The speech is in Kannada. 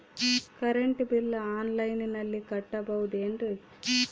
ಕರೆಂಟ್ ಬಿಲ್ಲು ಆನ್ಲೈನಿನಲ್ಲಿ ಕಟ್ಟಬಹುದು ಏನ್ರಿ?